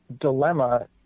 dilemma